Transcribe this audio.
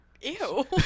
Ew